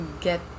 get